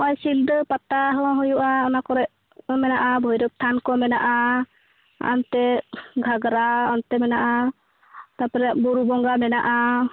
ᱱᱚᱜ ᱚᱭ ᱥᱤᱞᱫᱟᱹ ᱯᱟᱛᱟ ᱦᱚᱸ ᱦᱩᱭᱩᱜᱼᱟ ᱚᱱᱟ ᱠᱚᱨᱮᱫ ᱢᱮᱱᱟᱜᱼᱟ ᱵᱷᱳᱹᱭᱨᱳᱵᱽ ᱛᱷᱟᱱ ᱠᱚ ᱢᱮᱱᱟᱜᱼᱟ ᱚᱱᱛᱮ ᱜᱷᱟᱜᱽᱨᱟ ᱚᱱᱛᱮ ᱢᱮᱱᱟᱜᱼᱟ ᱛᱟᱯᱚᱨᱮ ᱵᱩᱨᱩ ᱵᱚᱸᱜᱟ ᱢᱮᱱᱟᱜᱼᱟ